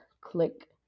click